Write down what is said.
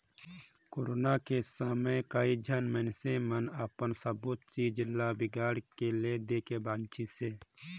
corona के समे कइझन मइनसे मन अपन सबो चीच बस ल बिगाड़ के ले देके बांचिसें